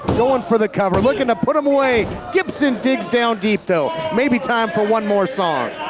going for the cover, looking to put him away, gibson digs down deep though. maybe time for one more song.